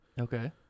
Okay